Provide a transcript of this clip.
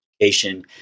education